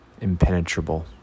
impenetrable